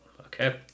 Okay